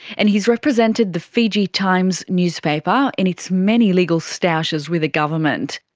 and he's represented the fiji times newspaper in its many legal stoushes with the government.